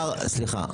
משרד המשפטים, סליחה.